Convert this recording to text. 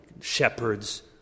shepherds